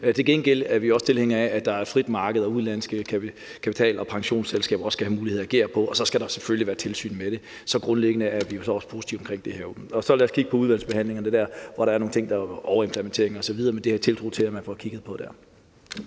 Til gengæld er vi tilhængere af, at der er et frit marked, og at udenlandske kapital- og pensionsselskaber også skal have muligheder for at agere, og så skal der selvfølgelig være et tilsyn med det. Så grundlæggende er vi jo også positive omkring det her. Lad os så i udvalgsbehandlingen kigge på det, hvis der er nogle ting med hensyn til overimplementering osv. Men det har jeg tiltro til at man får kigget på der.